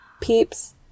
peeps